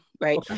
right